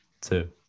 two